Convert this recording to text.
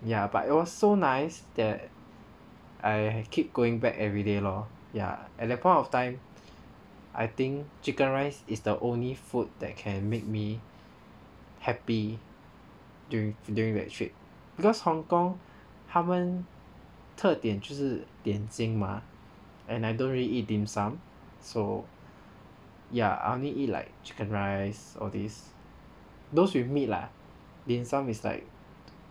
ya but it was so nice that I keep going back everyday lor ya at that point of time I think chicken rice is the only food that can make me happy during during that trip because Hong-Kong 他们特点就是点心吗 and I don't really eat dim sum so ya I only eat like chicken rice or this those with meat lah in some is like